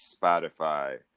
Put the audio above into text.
Spotify